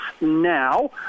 now